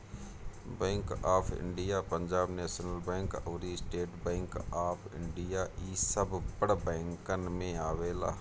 bank of India, Punjab National Bank अउरी State Bank of India इ सब बड़ बैंकन में आवेला